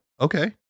Okay